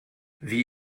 wie